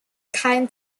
kein